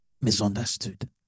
misunderstood